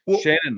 Shannon